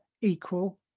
equal